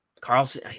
Carlson